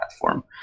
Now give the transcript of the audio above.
platform